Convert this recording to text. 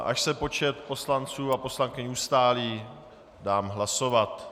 Až se počet poslanců a poslankyň ustálí, dám hlasovat.